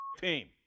team